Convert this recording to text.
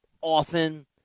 Often